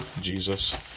Jesus